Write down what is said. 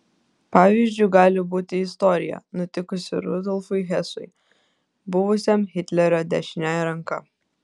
pavyzdžiu gali būti istorija nutikusi rudolfui hesui buvusiam hitlerio dešiniąja ranka